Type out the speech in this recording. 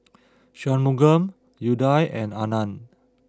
Shunmugam Udai and Anand